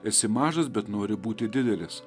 esi mažas bet nori būti didelis